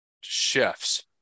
Chefs